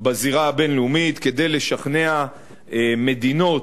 בזירה הבין-לאומית כדי לשכנע מדינות,